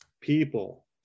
people